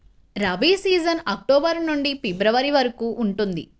rabi season October నుండి February వరకు ఉంటుంది